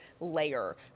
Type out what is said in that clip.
layer